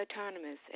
autonomous